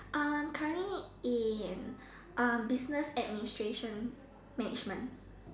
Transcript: uh I'm currently in uh business administration management